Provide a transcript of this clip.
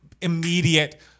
immediate